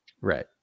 Right